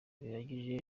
bihagije